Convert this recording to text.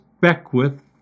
Beckwith